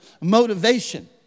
motivation